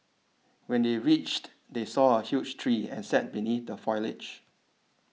when they reached they saw a huge tree and sat beneath the foliage